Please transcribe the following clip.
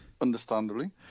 Understandably